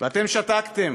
ואתם שתקתם,